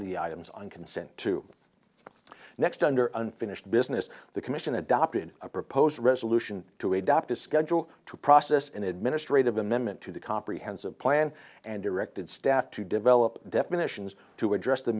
the items on consent to next under unfinished business the commission adopted a proposed resolution to adopt a schedule to process an administrative amendment to the comprehensive plan and directed staff to develop definitions to address the